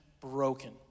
broken